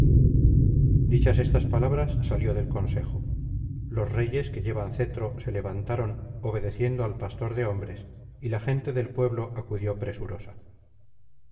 dichas estas palabras salió del consejo los reyes que llevan cetro se levantaron obedeciendo al pastor de hombres y la gente del pueblo acudió presurosa